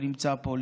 שנמצא פה,